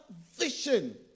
vision